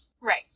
Right